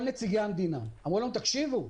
כל נציגי המדינות אמרו לנו: תקשיבו,